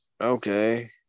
Okay